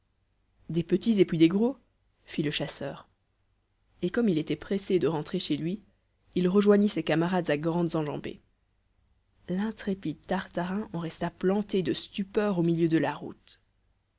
des petits et puis des gros fit le chasseur et comme il était pressé de rentrer chez lui il rejoignit ses camarades à grandes enjambées l'intrépide tartarin en resta planté de stupeur au milieu de la route